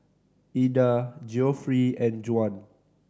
Ilda Geoffrey and Juan